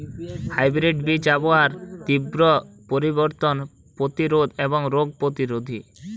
hybrid বীজ আবহাওয়ার তীব্র পরিবর্তন প্রতিরোধী এবং রোগ প্রতিরোধী